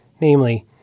Namely